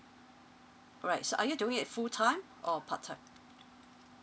alright so are you doing it full time or part time